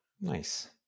Nice